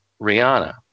Rihanna